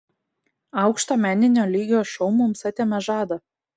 aukšto meninio lygio šou mums atėmė žadą